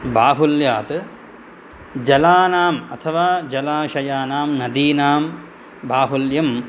बाहुल्यात् जलानाम् अथवा जलाशयानां नदीनां बाहुल्यं